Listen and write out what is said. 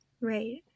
right